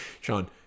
Sean